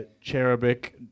cherubic